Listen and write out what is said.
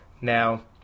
Now